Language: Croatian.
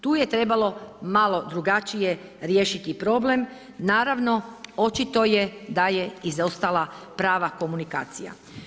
Tu je trebalo malo drugačije riješiti problem, naravno očito je da je izostala prava komunikacija.